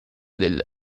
del